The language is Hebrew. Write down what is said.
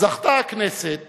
זכתה הכנסת